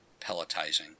pelletizing